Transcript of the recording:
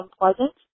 unpleasant